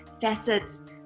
facets